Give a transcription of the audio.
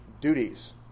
duties